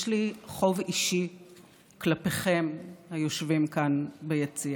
יש לי חוב אישי כלפיכם, היושבים כאן ביציע.